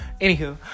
Anywho